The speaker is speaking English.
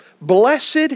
Blessed